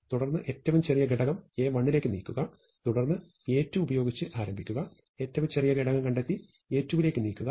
തുടർന്ന് ഏറ്റവും ചെറിയ ഘടകം A1 ലേക്ക്നീക്കുക തുടർന്ന് A2 ഉപയോഗിച്ച് ആരംഭിക്കുക ഏറ്റവും ചെറിയ ഘടകം കണ്ടെത്തി A2 വിലേക്ക് നീക്കുക